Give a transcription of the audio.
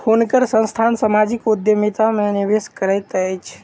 हुनकर संस्थान सामाजिक उद्यमिता में निवेश करैत अछि